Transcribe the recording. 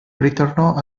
ritornò